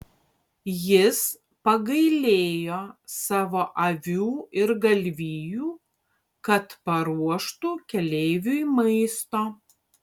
jis pagailėjo savo avių ir galvijų kad paruoštų keleiviui maisto